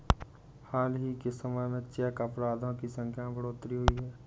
हाल ही के समय में चेक अपराधों की संख्या में बढ़ोतरी हुई है